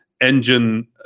Engine